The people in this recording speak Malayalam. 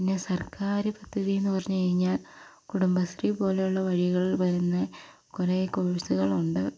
പിന്നെ സർക്കാർ പദ്ധതി എന്ന് പറഞ്ഞു കഴിഞ്ഞാൽ കുടുംബശ്രീ പോലെയുള്ള വഴികൾ വന്ന് കുറേ കോഴ്സുകളുണ്ട്